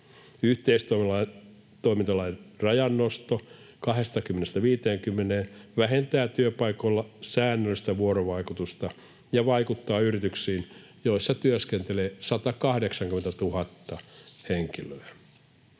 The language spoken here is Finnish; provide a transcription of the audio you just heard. Yhteistoimintalain rajan nosto 20:sta 50:een vähentää työpaikoilla säännöllistä vuorovaikutusta ja vaikuttaa yrityksiin, joissa työskentelee 180 000 henkilöä.